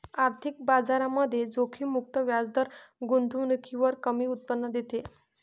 आर्थिक बाजारामध्ये जोखीम मुक्त व्याजदर गुंतवणुकीवर कमी उत्पन्न देते